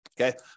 okay